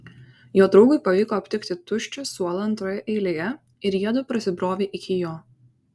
jo draugui pavyko aptikti tuščią suolą antroje eilėje ir jiedu prasibrovė iki jo